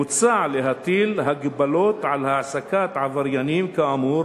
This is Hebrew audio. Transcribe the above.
מוצע להטיל הגבלות על העסקת עבריינים כאמור